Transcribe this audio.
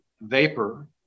vapor